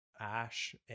Ash